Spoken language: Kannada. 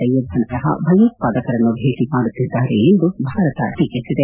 ಸಯ್ನದ್ ನಂತಹ ಭಯೋತ್ಪಾದಕರನ್ನು ಭೇಟ ಮಾಡುತ್ತಿದ್ದಾರೆ ಎಂದು ಭಾರತ ಟೀಕಿಸಿದೆ